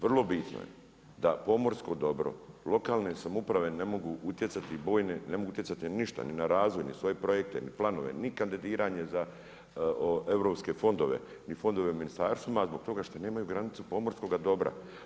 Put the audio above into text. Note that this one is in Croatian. Vrlo bitno je da pomorsko dobro, lokalne samouprave, ne mogu utjecati ni na ništa, ni na razvoj, ni na svoje projekte, ni planove, ni kandidiranje za europske fondove, ni fondove ministarstvima, zbog toga što nemaju granicu pomorskoga dobra.